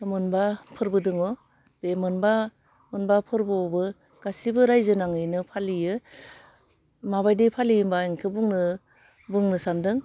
मोनबा फोरबो दोङ बे मोनबा मोनबा फोरबोआवबो गासिबो रायजो नाङैनो फालियो माबादि फालियो होमबा आं इखौ बुंनो बुंनो सानदों